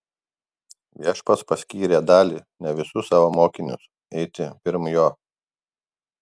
viešpats paskyrė dalį ne visus savo mokinius eiti pirm jo